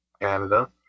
Canada